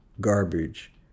garbage